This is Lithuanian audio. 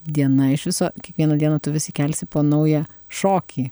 diena iš viso kiekvieną dieną tu išsikelsi po naują šokį